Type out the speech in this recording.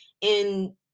in-